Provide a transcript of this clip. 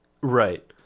Right